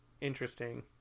Interesting